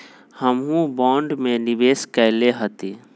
हमहुँ बॉन्ड में निवेश कयले हती